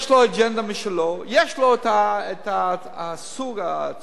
יש לו אג'נדה משלו, יש לו את סוג ההצעות,